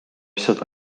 seda